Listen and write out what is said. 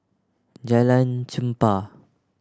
Jalan Chempah